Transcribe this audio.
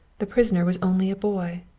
the prisoner was only a boy,